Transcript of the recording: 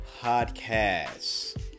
Podcast